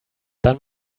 dann